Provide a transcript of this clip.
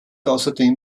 außerdem